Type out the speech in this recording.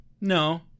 No